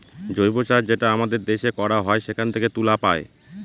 জৈব চাষ যেটা আমাদের দেশে করা হয় সেখান থেকে তুলা পায়